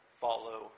follow